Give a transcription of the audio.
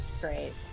great